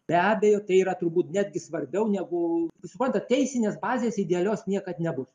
be abejo tai yra turbūt netgi svarbiau negu suprantat teisinės bazės idealios niekad nebus